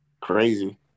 Crazy